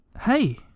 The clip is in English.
hey